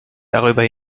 darüber